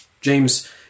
James